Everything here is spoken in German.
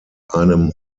einem